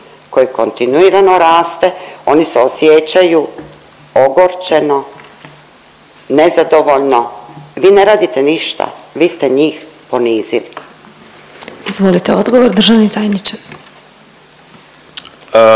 koji kontinuirano raste. Oni se osjećaju ogorčeno, nezadovoljno. Vi ne radite ništa. Vi ste njih ponizili. **Glasovac, Sabina